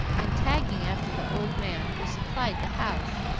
and tagging after the old man who supplied the house.